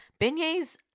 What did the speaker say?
Beignets